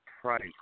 price